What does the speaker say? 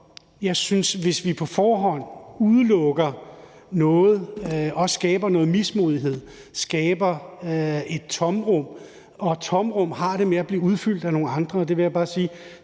jeg synes, at hvis vi på forhånd udelukker nogen og skaber noget mismod og skaber et tomrum – og tomrum har det med at blive udfyldt af nogle andre – tror jeg ikke, vi